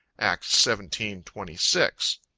acts seventeen twenty six.